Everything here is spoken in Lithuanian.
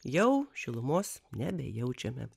jau šilumos nebejaučiame